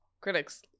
Critics